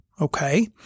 Okay